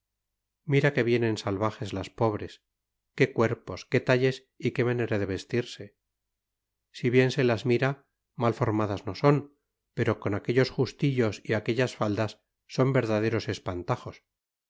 mira que vienen salvajes las pobres qué cuerpos qué talles y qué manera de vestirse si bien se las mira mal formadas no son pero con aquellos justillos y aquellas faldas son verdaderos espantajos